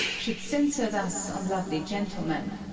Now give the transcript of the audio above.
should censure thus on lovely gentlemen.